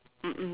mm mm